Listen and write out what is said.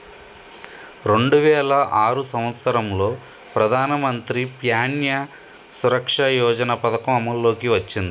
రెండు వేల ఆరు సంవత్సరంలో ప్రధానమంత్రి ప్యాన్య సురక్ష యోజన పథకం అమల్లోకి వచ్చింది